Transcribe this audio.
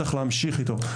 צריך להמשיך איתו.